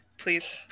Please